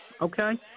Okay